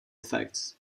effect